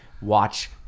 watch